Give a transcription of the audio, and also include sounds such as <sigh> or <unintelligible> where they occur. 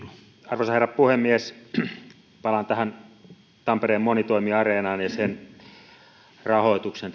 arvoisa herra puhemies palaan tähän tampereen monitoimi areenaan ja sen rahoitukseen <unintelligible>